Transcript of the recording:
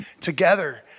together